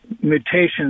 mutations